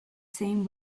same